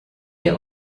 ihr